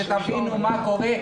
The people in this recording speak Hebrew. שתבינו מה קורה,